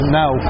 now